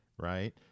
Right